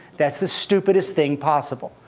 that's the stupidest thing possible.